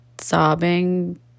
sobbing